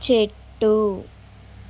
చెట్టు